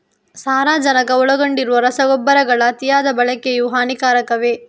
ಸಾರಜನಕ ಒಳಗೊಂಡಿರುವ ರಸಗೊಬ್ಬರಗಳ ಅತಿಯಾದ ಬಳಕೆಯು ಹಾನಿಕಾರಕವೇ?